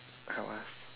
help us